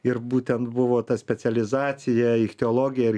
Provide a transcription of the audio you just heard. ir būtent buvo ta specializacija ichtiologija ir